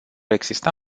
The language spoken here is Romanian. exista